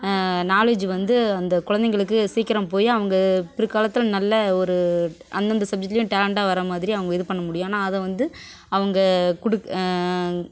knowledge வந்து அந்த குழந்தைகளுக்கு சீக்கிரம் போய் அவங்க பிற்காலத்தில் நல்ல ஒரு அந்தந்த சப்ஜட்லையும் டேலண்ட்டாக வர மாதிரி அவங்க இது பண்ண முடியும் ஆனால் அதை வந்து அவங்க கொடு